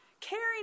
caring